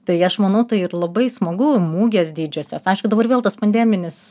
tai aš manau tai ir labai smagu mugės didžiosios aišku dabar vėl tas pandeminis